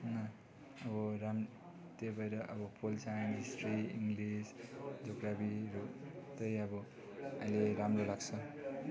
होइन अब रान त्यो भएर अब पोल साइन्स हिस्ट्री इङ्लिस जोग्राफीहरू त्यही अब अहिले राम्रो लाग्छ